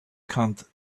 can’t